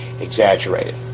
exaggerated